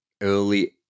early